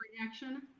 reaction